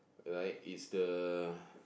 like is the